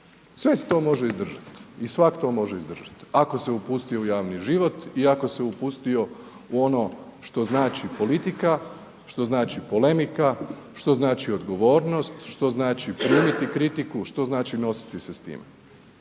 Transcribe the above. sve se to može izdržat i svatko to može izdržat ako se upustio u javni život i ako se upustio u ono što znači politika, što znači polemika, što znači odgovornost, što znači primiti kritiku, što znači nositi se s time.